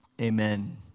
Amen